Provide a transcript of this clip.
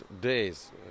days